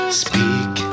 speak